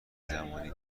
زمانی